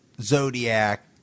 Zodiac